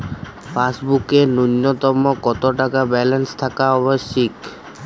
পাসবুকে ন্যুনতম কত টাকা ব্যালেন্স থাকা আবশ্যিক?